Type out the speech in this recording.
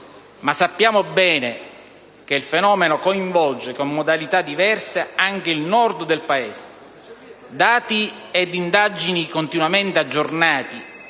Sappiamo bene, però, che il fenomeno coinvolge con modalità diverse anche il Nord del Paese. Dati ed indagini continuamente aggiornati